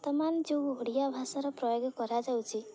ବର୍ତ୍ତମାନ ଯେଉଁ ଓଡ଼ିଆ ଭାଷାର ପ୍ରୟୋଗ କରାଯାଉଛି